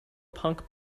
punk